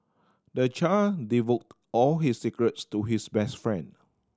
the child divulged all his secrets to his best friend